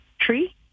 tree